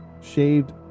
shaved